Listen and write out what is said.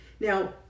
Now